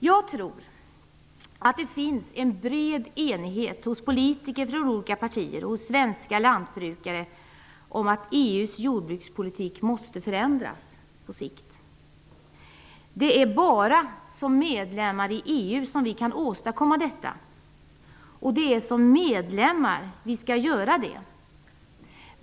Jag tror att det finns en bred enighet hos politiker från olika partier och svenska lantbrukare om att EU:s jordbrukspolitik måste förändras på sikt. Det är bara som medlemmar i EU som vi kan åstadkomma detta. Det är som medlemmar vi skall göra det.